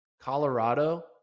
Colorado